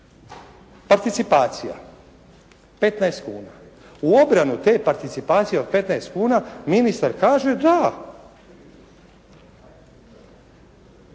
Participacija, 15 kuna. U obranu te participacije od 15 kuna ministar kaže: «Da.